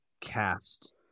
cast